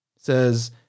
says